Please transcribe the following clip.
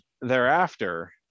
thereafter